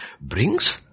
brings